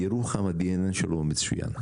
בירוחם, ה-DNA שלו מצוין.